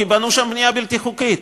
כי בנו שם בנייה בלתי חוקית.